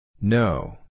No